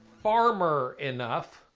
farmer enough.